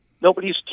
Nobody's